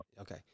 Okay